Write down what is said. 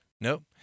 Nope